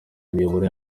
imiyoboro